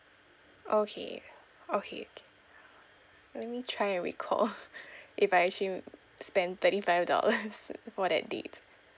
okay okay let me try and recall if I actually spent thirty five dollars for that date